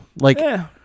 Like-